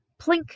Plink